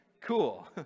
Cool